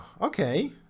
okay